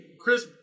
Chris